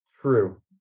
True